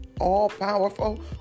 All-powerful